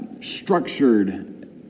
structured